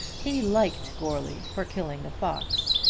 he liked goarly for killing the fox,